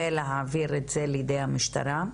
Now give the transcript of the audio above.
ולהעביר את זה לידי המשטרה?